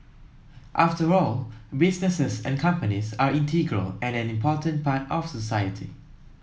after all businesses and companies are integral and an important part of society